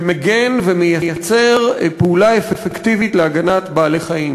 שמגן ומייצר פעולה אפקטיבית להגנה על בעלי-חיים.